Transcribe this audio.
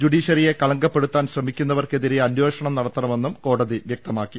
ജുഡീഷ്യറിയെ കളങ്കപ്പെടുത്താൻ ശ്രമിക്കുന്നവർക്കെതിരെ അന്വേഷണം നടത്തണമെന്നും കോടതി വ്യക്തമാക്കി